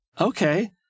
Okay